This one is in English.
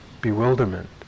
bewilderment